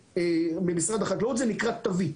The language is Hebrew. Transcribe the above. במשרד החקלאות זה נקרא תווית.